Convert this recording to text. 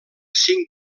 cinc